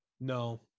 no